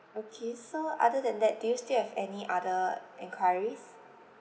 okay so other than that do you still have any other enquiries